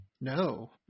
No